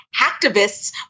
hacktivists